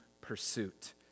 pursuit